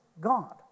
God